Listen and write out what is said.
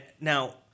now